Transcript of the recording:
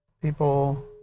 people